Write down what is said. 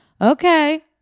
okay